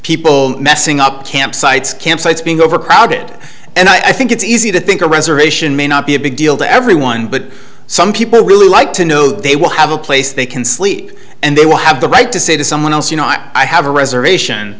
people messing up campsites campsites being overcrowded and i think it's easy to think a reservation may not be a big deal to everyone but some people really like to know they will have a place they can sleep and they will have the right to say to someone else you know i i have a reservation